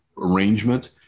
arrangement